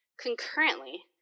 Concurrently